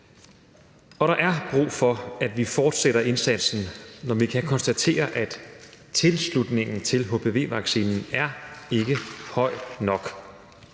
Og der er brug for, at vi fortsætter indsatsen, når vi kan konstatere, at tilslutningen til hpv-vaccinationen ikke er høj nok.